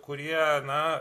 kurie na